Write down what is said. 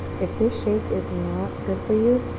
if this shape is not good for you,